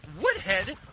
Woodhead